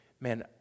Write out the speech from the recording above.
man